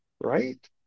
right